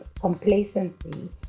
complacency